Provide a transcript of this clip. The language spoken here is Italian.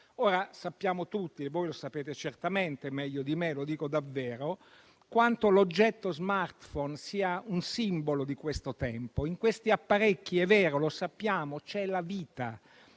Sappiamo tutti - e voi lo sapete certamente meglio di me e lo dico davvero - quanto l'oggetto *smartphone* sia un simbolo di questo tempo. In questi apparecchi - è vero, lo sappiamo - c'è la vita,